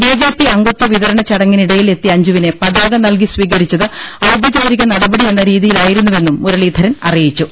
BJP അംഗത്വ വിതരണ ചടങ്ങിനിടയിൽ എത്തിയ അഞ്ജുവിനെ പതാക നൽകി സ്വീകരിച്ചത് ഔപചാരിക നടപടി എന്ന രീതിയിലായിരു ന്നുവെന്നും മുരളീധരൻ അറിയിച്ചു